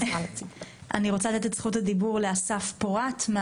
אני רוצה לתת את זכות הדיבור לאסף פורת.